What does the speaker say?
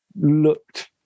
looked